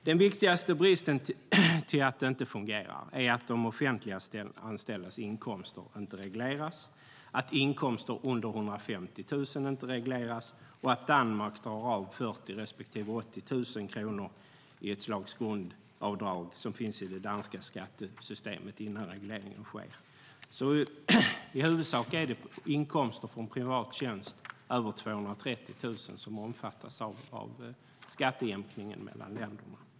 De viktigaste anledningen till att det inte fungerar är att de offentliganställdas inkomster inte regleras, att inkomster under 150 000 inte regleras och att Danmark drar av 40 000 respektive 80 000 kronor i ett slags grundavdrag som finns i det danska skattesystemet innan reglering sker. Det är alltså i huvudsak bara inkomster av privat tjänst över 230 000 som omfattas av skattejämkningen mellan länderna.